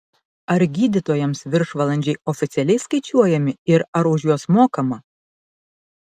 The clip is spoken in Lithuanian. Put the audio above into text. ar gydytojams viršvalandžiai oficialiai skaičiuojami ir ar už juos mokama